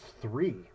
three